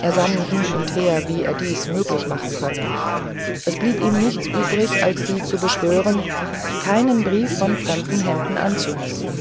er sann hin und her wie er dies möglich machen könne es blieb ihm nichts übrig als sie zu beschwören keinen brief von fremden händen anzunehmen